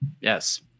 Yes